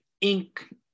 ink